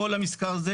כל המזכר הזה,